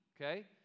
Okay